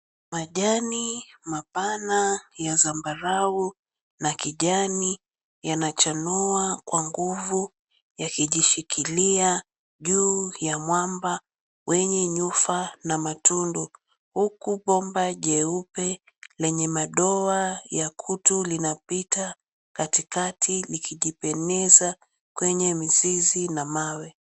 Majani mapana ya zambarao na kijani yanachanua kwa nguvu yakijishikilia juu ya mwamba wenye nyufa na matundu huku bomba jeupe lenye madoa ya kutu linapita katikakati likijipenyeza kwenye mzizi na mawe.